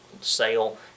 sale